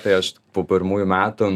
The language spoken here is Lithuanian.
tai aš po pirmųjų metų